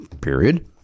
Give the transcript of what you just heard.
Period